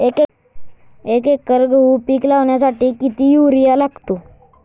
एक एकर गहू पीक लावण्यासाठी किती युरिया वापरावा?